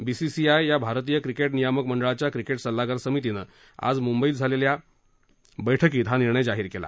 BCCI या भारतीय cricket नियामक मंडळाच्या क्रिकेट सल्लागार समितीनं आज मुंबईत झालेल्या बैठकीत हा निर्णय जाहीर केला